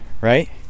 right